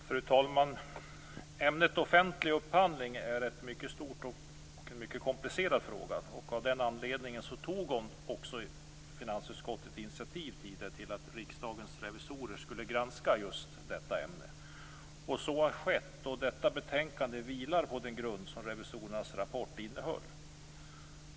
Fru talman! Ämnet offentlig upphandling är en mycket stor och komplicerad fråga. Av den anledningen tog också finansutskottet initiativ till att Riksdagens revisorer skulle granska just detta ämne. Så har skett, och detta betänkande vilar på den grund som revisorernas rapport innehöll.